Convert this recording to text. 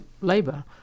Labour